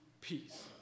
peace